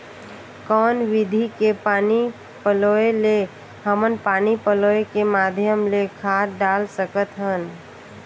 कौन विधि के पानी पलोय ले हमन पानी पलोय के माध्यम ले खाद डाल सकत हन?